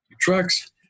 trucks